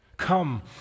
come